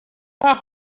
are